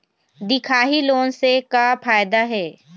दिखाही लोन से का फायदा हे?